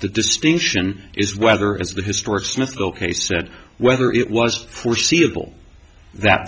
the distinction is whether as the historic smithville case said whether it was foreseeable that